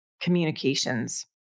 communications